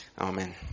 Amen